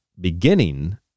beginning